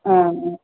ஆ ஆ